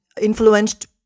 influenced